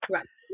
Right